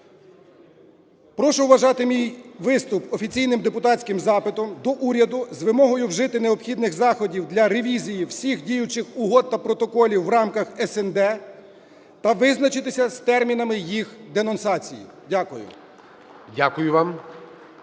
Прошу вважати мій виступ офіційним депутатським запитом до уряду з вимогою вжити необхідних заходів для ревізії всіх діючих угод та протоколів в рамках СНД та визначитися з термінами їх денонсації. Дякую. ГОЛОВУЮЧИЙ.